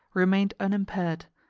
remained unimpaired,